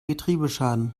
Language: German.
getriebeschaden